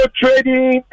trading